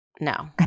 No